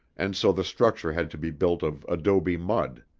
and so the structure had to be built of adobe mud.